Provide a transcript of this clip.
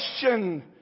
question